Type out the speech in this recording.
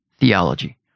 theology